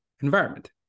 environment